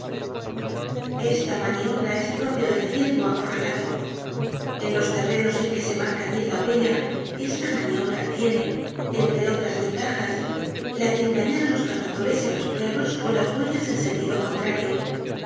esta maniobra es propia del ciervo acorralado en los terrenos en que se marca bien la huella esta maniobra tiene entre otras ventajas la de engañar á los cazadores y á los perros con las huellas en sentido contrario